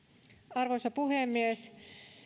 arvoisa puhemies